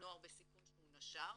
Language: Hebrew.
נוער בסיכון שנשר,